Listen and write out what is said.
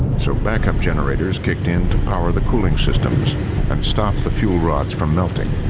so backup generators kicked into power the cooling systems and stop the fuel rods from melting.